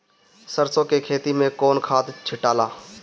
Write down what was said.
सरसो के खेती मे कौन खाद छिटाला?